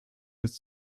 ist